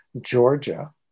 Georgia